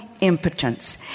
impotence